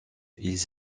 ils